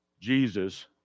Jesus